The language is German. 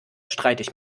streitig